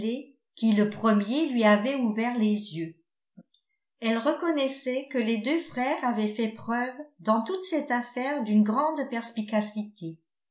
qui le premier lui avait ouvert les yeux elle reconnaissait que les deux frères avaient fait preuve dans toute cette affaire d'une grande perspicacité